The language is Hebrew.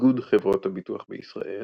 איגוד חברות הביטוח בישראל